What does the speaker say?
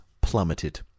plummeted